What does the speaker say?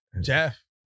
Jeff